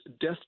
death